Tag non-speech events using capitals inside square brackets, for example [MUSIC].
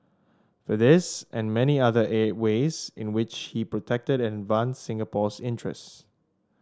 for this and many other [UNINTELLIGIBLE] ways in which he protected and advanced Singapore's interest